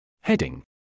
Heading